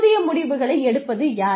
ஊதிய முடிவுகளை எடுப்பது யார்